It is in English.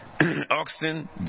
oxen